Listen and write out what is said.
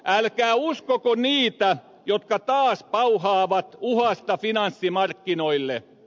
älkää uskoko niitä jotka taas pauhaavat uhasta finanssimarkkinoille